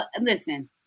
listen